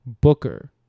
Booker